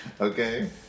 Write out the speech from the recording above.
Okay